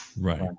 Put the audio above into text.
Right